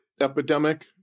Epidemic